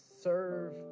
serve